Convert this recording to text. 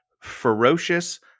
Ferocious